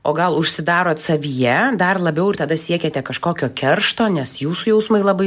o gal užsidarot savyje dar labiau ir tada siekiate kažkokio keršto nes jūsų jausmai labai